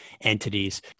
entities